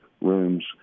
rooms